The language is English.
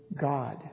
God